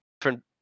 different